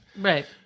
Right